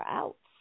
out